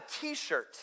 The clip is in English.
T-shirt